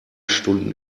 stunden